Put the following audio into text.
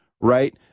right